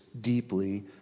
deeply